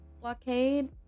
blockade